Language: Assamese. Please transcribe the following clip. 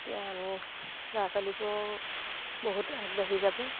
এতিয়া আমি ল'ৰা ছোৱালীবোৰেও বহুত আগবাঢ়ি যাব